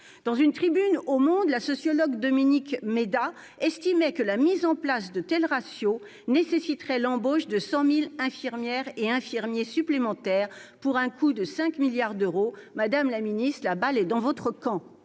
Dans une tribune parue dans, la sociologue Dominique Méda estimait que la mise en place de tels ratios nécessiterait l'embauche de 100 000 infirmières et infirmiers supplémentaires, pour un coût de 5 milliards d'euros. Madame la ministre, la balle est dans votre camp !